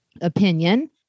opinion